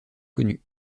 connue